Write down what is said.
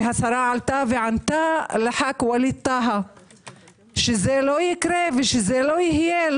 והשרה ענתה לח"כ ווליד טאהא שזה לא יקרה ולא יהיה,